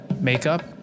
makeup